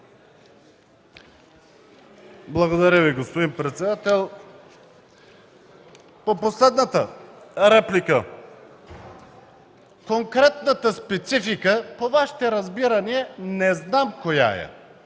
Благодаря Ви, господин председател. По последната реплика. Конкретната специфика по Вашите разбирания не знам коя е